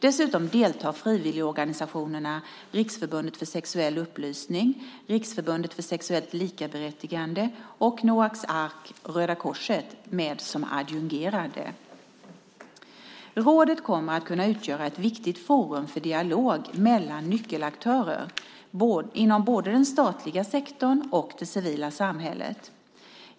Dessutom deltar frivilligorganisationerna Riksförbundet för sexuell upplysning, Riksförbundet för sexuellt likaberättigande och Noaks Ark-Röda Korset som adjungerade. Rådet kommer att kunna utgöra ett viktigt forum för dialog mellan nyckelaktörer inom både den statliga sektorn och det civila samhället.